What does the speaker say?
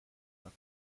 talk